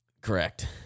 Correct